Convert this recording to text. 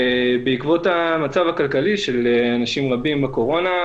בעקבות המצב הכלכלי של אנשים רבים בתקופת הקורונה,